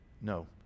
no